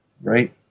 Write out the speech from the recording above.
right